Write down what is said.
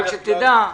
רק שתדע,